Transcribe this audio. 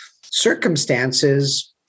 circumstances-